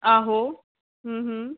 आहो अं अं